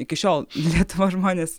iki šiol lietuvos žmonės